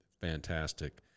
fantastic